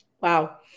Wow